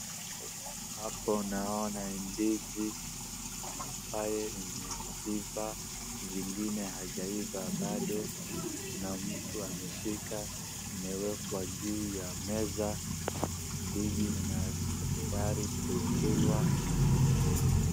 Hapo naona ndizi ambayo imeiva zingine haijaiva bado. Kuna mtu ameshika imewekwa juu ya meza. Ndizi ina iko tayari kukulwa.